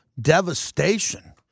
devastation